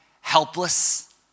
helpless